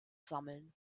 sammeln